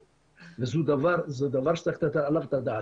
זה דבר שצריך לתת עליו את הדעת.